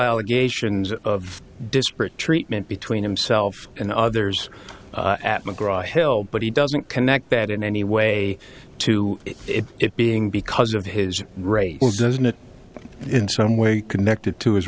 allegations of disparate treatment between himself and others at mcgraw hill but he doesn't connect that in any way to it being because of his race doesn't it in some way connected to his